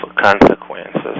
consequences